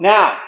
Now